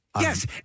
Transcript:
Yes